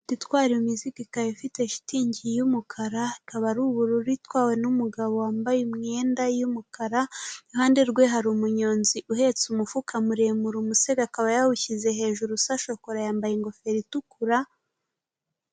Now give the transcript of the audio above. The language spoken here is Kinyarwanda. Moto itwara imizigo, ikaba ifite shitingi y'umukara ikaba ari ubururu itwawe n'umugabo wambaye imyenda y'umukara, iruhande rwe hari umunyonzi uhetse umufuka muremure, umusego akaba yawushyize hejuru usa shokora yambaye ingofero itukura.